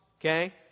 Okay